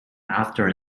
after